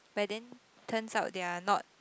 but then turns out they are not